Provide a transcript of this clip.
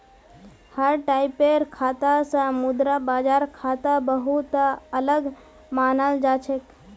हर टाइपेर खाता स मुद्रा बाजार खाता बहु त अलग मानाल जा छेक